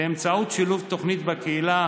שילוב בתוכניות בקהילה,